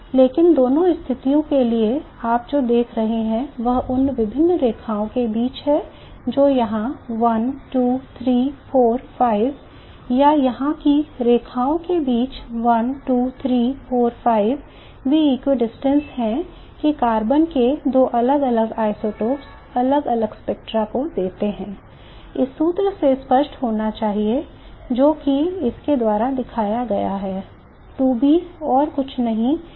लेकिन दोनों स्थितियों के लिए आप जो देखते हैं वह उन विभिन्न रेखाओं के बीच है जो यहाँ हैं 1 2 3 4 5 या यहाँ की रेखाओं के बीच 1 2 3 4 5 वे हैं कि कार्बन के दो अलग अलग isotopes अलग अलग स्पेक्ट्रा को देते हैं इस सूत्र से स्पष्ट होना चाहिए जो कि इसके द्वारा दिया गया है 2B और कुछ नहीं है